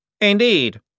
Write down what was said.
Indeed